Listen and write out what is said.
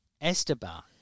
Esteban